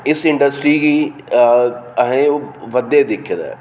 इस इंडस्ट्री गी असें बधदे दिक्खे दा ऐ